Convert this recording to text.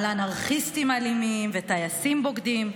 על אנרכיסטים אלימים וטייסים בוגדים.